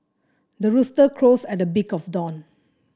the rooster crows at the break of dawn